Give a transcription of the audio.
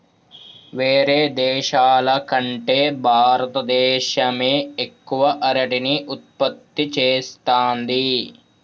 వేరే దేశాల కంటే భారత దేశమే ఎక్కువ అరటిని ఉత్పత్తి చేస్తంది